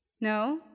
No